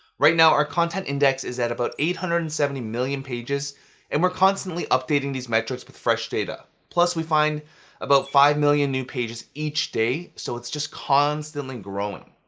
right now, our content index is at about eight hundred and seventy million pages and we're constantly updating these metrics with fresh data. plus we find about five million new pages each day, so it's just constantly growing.